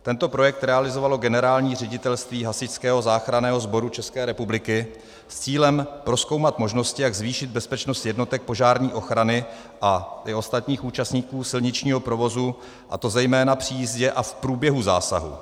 Tento projekt realizovalo Generální ředitelství Hasičského záchranného sboru České republiky s cílem prozkoumat možnosti, jak zvýšit bezpečnost jednotek požární ochrany a i ostatních účastníků silničního provozu, a to zejména při jízdě a v průběhu zásahu.